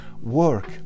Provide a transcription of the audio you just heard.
work